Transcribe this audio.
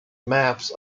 maps